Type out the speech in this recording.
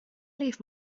leave